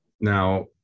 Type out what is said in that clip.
Now